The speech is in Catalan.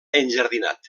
enjardinat